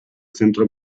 centro